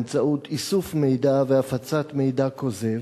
איסוף מידע והפצת מידע כוזב?